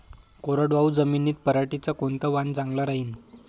कोरडवाहू जमीनीत पऱ्हाटीचं कोनतं वान चांगलं रायीन?